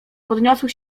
podniosły